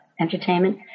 entertainment